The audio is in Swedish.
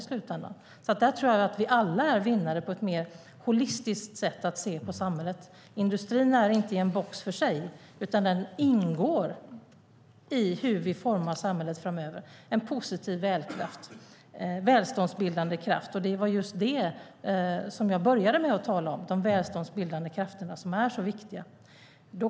Där tror jag alltså att vi alla är vinnare på ett mer holistiskt sätt att se på samhället. Industrin är inte i en box för sig, utan den ingår i hur vi formar samhället framöver. Det handlar om en positiv välståndsbildande kraft, och det var just det jag började med att tala om: de välståndsbildande krafterna, som är så viktiga.